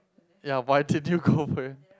ya why didn't you go for your